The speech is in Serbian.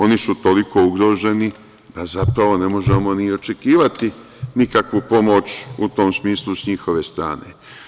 Oni su toliko ugroženi da zapravo ne možemo ni očekivati nikakvu pomoć u tom smislu sa njihove strane.